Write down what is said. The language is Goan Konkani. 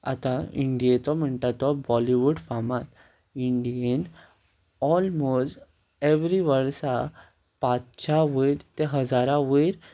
आतां इंडियेचो म्हणटा तो बॉलीवूड फामाद इंडियेंत ऑलमोस्ट एवरी वर्सा पांचश्या वयर ते हजारा वयर